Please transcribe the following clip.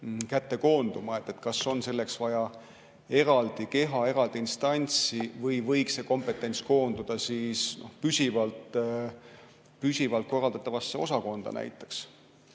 kätte koonduma. Kas selleks on vaja eraldi keha, eraldi instantsi või võiks see kompetents koonduda ka näiteks püsivalt korraldatavasse osakonda?